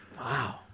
Wow